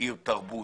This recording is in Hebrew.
כעיר תרבות,